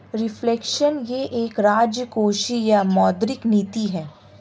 reflection यह एक राजकोषीय या मौद्रिक नीति है